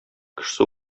кешесе